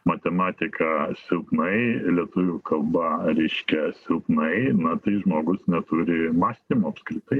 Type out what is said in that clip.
matematika silpnai lietuvių kalba reiškia silpnai na tai žmogus neturi mąstymo apskritai